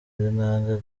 intambwe